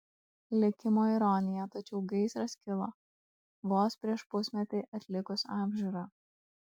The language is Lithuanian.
likimo ironija tačiau gaisras kilo vos prieš pusmetį atlikus apžiūrą